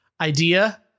idea